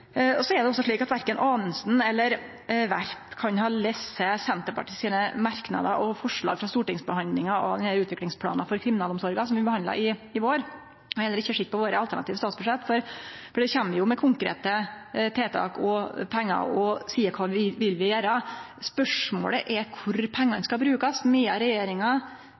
er også slik at verken Anundsen eller Werp kan ha lese Senterpartiets merknader og forslag frå stortingsbehandlinga av utviklingsplanen for kriminalomsorga som vi behandla i vår – og heller ikkje ha sett på våre alternative statsbudsjett – for der kjem vi med konkrete tiltak og pengar og seier kva vi vil gjere. Spørsmålet er kor pengane skal brukast. Medan regjeringa